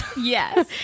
Yes